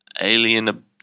Alien